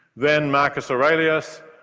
then marcus aurelius,